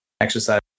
exercise